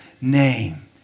name